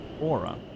Aura